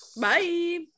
Bye